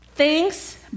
Thanks